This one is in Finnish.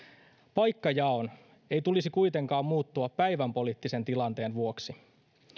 paikkajaon ei tulisi kuitenkaan muuttua päivänpoliittisen tilanteen vuoksi